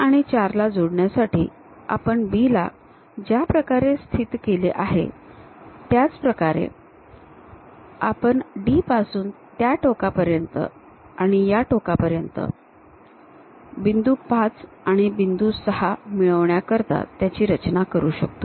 3 आणि 4 ला जोडण्यासाठी आपण B ला ज्या प्रकारे स्थित केले आहे त्याचप्रकारे आपण D पासून त्या टोकापर्यंत आणि या टोकापर्यंत बिंदू 5 आणि बिंदू 6 ला मिळवण्याकरिता त्याची रचना करू शकतो